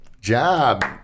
Job